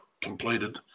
completed